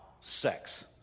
sex